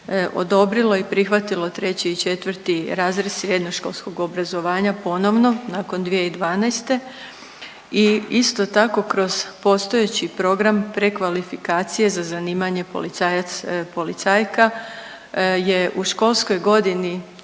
odobrilo i prihvatilo 3. i 4. razred srednjoškolskog obrazovanja ponovno nakon 2012. i isto tako kroz postojeći program prekvalifikacije za zanimanje policajac/policajka je u školskoj godini